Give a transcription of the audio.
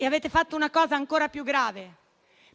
Avete fatto una cosa ancora più grave